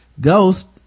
ghost